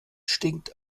stinkt